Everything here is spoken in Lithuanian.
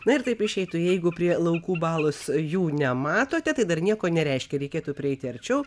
na ir taip išeitų jeigu prie laukų balos jų nematote tai dar nieko nereiškia reikėtų prieiti arčiau